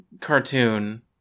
cartoon